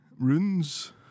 runes